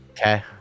Okay